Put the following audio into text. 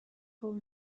hole